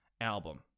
album